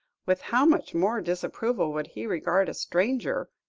with how much more disapproval would he regard a stranger,